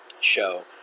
show